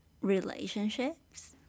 relationships